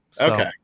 Okay